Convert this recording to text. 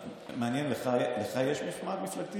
מעניין, לך יש משמעת מפלגתית?